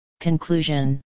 Conclusion